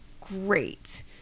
great